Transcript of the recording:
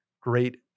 great